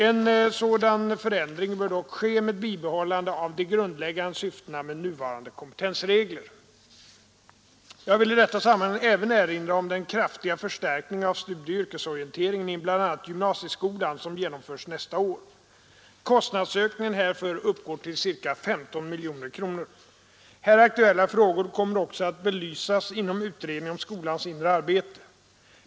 En sådan förändring bör dock ske med bibehållande av de grundläggande syftena med nuvarande kompetensregler.” Jag vill i detta sammanhang även erinra om den kraftiga förstärkning av studieoch yrkesorienteringen i bl.a. gymnasieskolan som genomförs nästa budgetår. Kostnadsökningen härför uppgår till ca 15 miljoner kronor. Här aktuella frågor kommer också att belysas inom utredningen om skolans inre arbete.